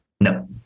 no